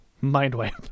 mind-wipe